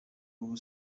ubu